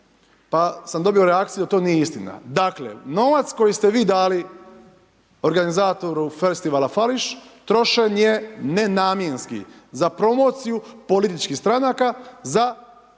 pa sam dobio reakciju da to nije istina. Dakle, novac koji ste vi dali organizatori festivala Fališ, trošen je nenamjenski, za promociju političkih stranka, za organiziranje